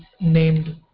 named